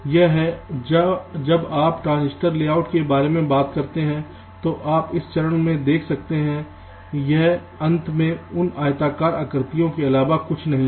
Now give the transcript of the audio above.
यह है जब आप ट्रांजिस्टर लेआउट के बारे में बात करते हैं तो आप इस चरण में देख सकते हैं यह अंत में उन आयताकार आकृतियों के अलावा और कुछ नहीं है